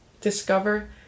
discover